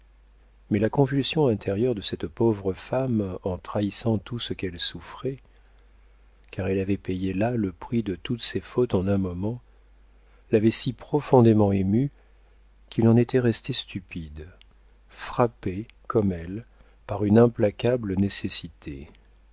mais la convulsion intérieure de cette pauvre femme en trahissant tout ce qu'elle souffrait car elle avait payé là le prix de toutes ses fautes en un moment l'avait si profondément ému qu'il en était resté stupide frappé comme elle par une implacable nécessité